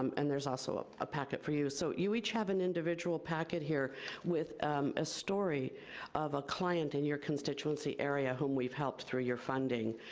um and there's also ah a packet for you, so you each have an individual packet here with a story of a client in your constituency area whom we've helped through your funding.